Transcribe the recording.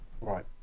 Right